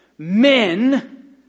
Men